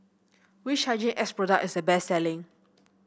which Hygin X product is the best selling